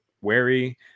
wary